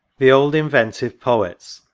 the old inventive poets,